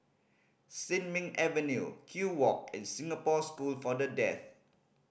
Sin Ming Avenue Kew Walk and Singapore School for The Deaf